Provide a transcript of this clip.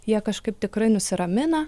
jie kažkaip tikrai nusiramina